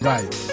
Right